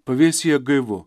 pavėsyje gaivu